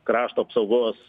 krašto apsaugos